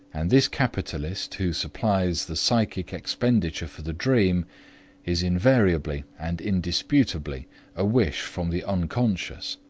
and this capitalist, who supplies the psychic expenditure for the dream is invariably and indisputably a wish from the unconscious,